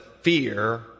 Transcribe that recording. fear